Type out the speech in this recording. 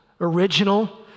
original